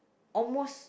almost